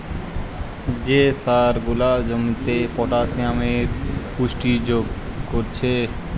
যে সার গুলা জমিতে পটাসিয়ামের পুষ্টি যোগ কোরছে